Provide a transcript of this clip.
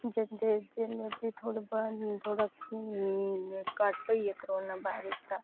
ते जेल्लै थोह्ड़ा घट्ट होइया कोरोना वायरस ते